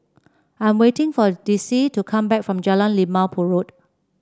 I'm waiting for Dicie to come back from Jalan Limau Purut